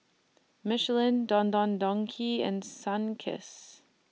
Michelin Don Don Donki and Sunkist